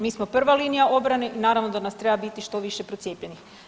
Mi smo prva linija obrane i naravno da nas treba biti što više procijepljenih.